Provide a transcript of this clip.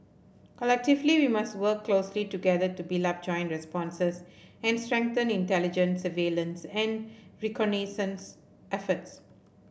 collectively we must work closely together to build up joint responses and strengthen intelligence surveillance and reconnaissance efforts